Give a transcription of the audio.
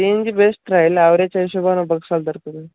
C N G best रायल average हशोबानं बघसाल तर तुम्ही